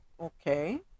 Okay